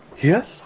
Yes